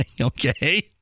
Okay